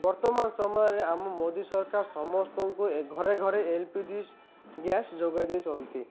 ବର୍ତ୍ତମାନ ସମୟରେ ଆମ ମୋଦୀ ସରକାର ସମସ୍ତଙ୍କୁ ଘରେ ଘରେ ଏଲ୍ ପି ଜି ଗ୍ୟାସ୍ ଯୋଗାଇ ଦେଇଛନ୍ତି